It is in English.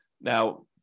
Now